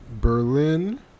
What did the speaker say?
Berlin